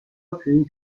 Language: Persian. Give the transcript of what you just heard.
پرینت